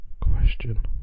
question